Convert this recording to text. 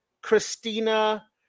Christina